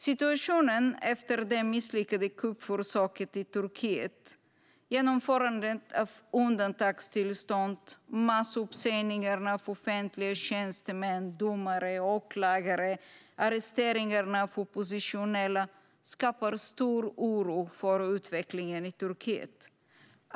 Situationen efter det misslyckade kuppförsöket i Turkiet, genomförandet av undantagstillstånd, massuppsägningarna av offentliga tjänstemän, domare och åklagare samt arresteringarna av oppositionella skapar stor oro för utvecklingen i Turkiet.